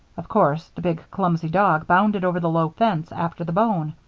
of course, the big clumsy dog bounded over the low fence after the bone,